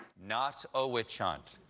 not a witch hunt.